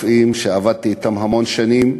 הרופאים שעבדתי אתם המון שנים,